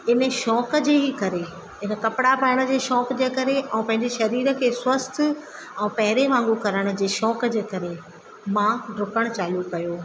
इन शौक़ जे ई करे इन कपिड़ा पाइण जे शौक़ जे ई करे ऐं पंहिंजे शरीर खे स्वस्थ ऐं पहिरें मां उहो करण जे शौक़ जे करे मां ॾुकणु चालू कयो